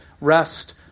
Rest